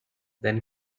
then